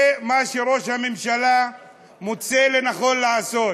זה מה שראש הממשלה מוצא לנכון לעשות.